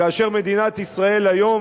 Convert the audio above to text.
כאשר מדינת ישראל היום,